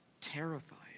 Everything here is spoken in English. terrified